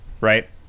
right